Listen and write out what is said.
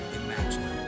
imagine